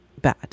bad